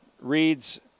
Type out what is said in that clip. reads